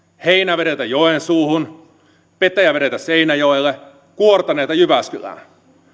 heinävedeltä joensuuhun petäjävedeltä seinäjoelle kuortaneelta jyväskylään